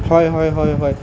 হয় হয় হয় হয়